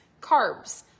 carbs